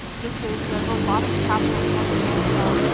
this is the robotics capital of north america,